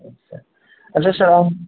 आस्सा सार आं